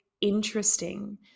interesting